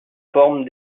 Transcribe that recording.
forment